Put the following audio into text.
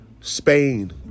Spain